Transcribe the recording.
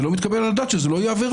זה לא מתקבל על הדעת שזו לא תהיה עבירה.